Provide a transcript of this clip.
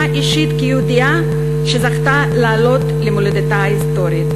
אישית כיהודייה שזכתה לעלות למולדתה ההיסטורית,